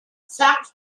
fact